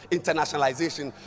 internationalization